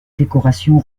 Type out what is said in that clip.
décoration